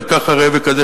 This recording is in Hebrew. וככה ראה וקדש,